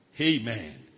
Amen